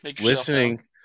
listening